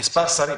מספר שרים?